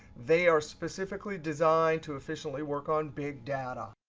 they are specifically designed to efficiently work on big data.